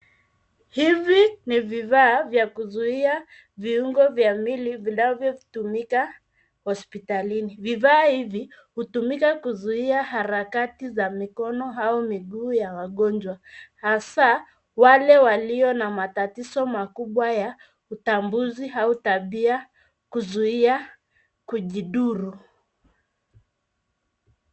Hivi ni vifaa vya kuzuia viungo vya mwili vinavyotumika hospitalini. Vifaa hivi hutumika kuzuia harakati za mikono au miguu ya wagonjwa hasa wale walio na matatizo makubwa ya utambuzi au tabia kuzuia kujiduru.